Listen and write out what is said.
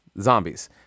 Zombies